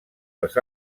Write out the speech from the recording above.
els